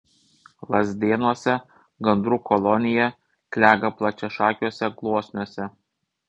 lazdėnuose gandrų kolonija klega plačiašakiuose gluosniuose